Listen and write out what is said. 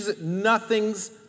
Nothing's